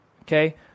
Okay